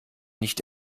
nicht